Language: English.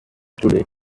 today